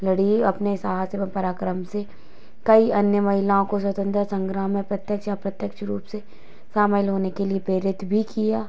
लड़ी अपने साहस एवम पराक्रम से कई अन्य महिलाओं को स्वतंत्रता संग्राम में प्रत्यक्ष अप्रत्यक्ष रूप से शामिल लेने के लिए प्रेरित भी किया